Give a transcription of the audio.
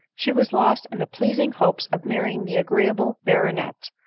she was lost in the pleasing hopes of marrying the agreeable baronet,